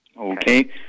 Okay